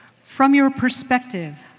from your perspective,